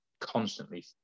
constantly